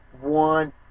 one